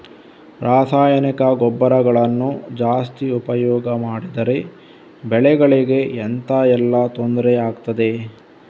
ರಾಸಾಯನಿಕ ಗೊಬ್ಬರಗಳನ್ನು ಜಾಸ್ತಿ ಉಪಯೋಗ ಮಾಡಿದರೆ ಬೆಳೆಗಳಿಗೆ ಎಂತ ಎಲ್ಲಾ ತೊಂದ್ರೆ ಆಗ್ತದೆ?